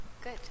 Good